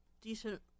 decent